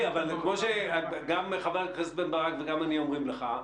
אבל כמו שגם חבר הכנסת בן ברק וגם אני אומרים לך,